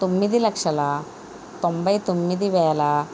తొమ్మిది లక్షల తొంభై తొమ్మిది వేల